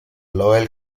loyal